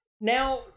now